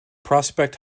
prospect